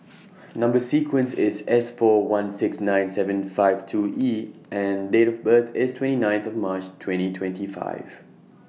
Number sequence IS S four one six nine seven five two E and Date of birth IS twenty ninth of March twenty twenty five